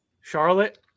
Charlotte